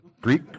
Greek